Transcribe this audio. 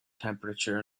temperature